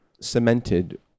cemented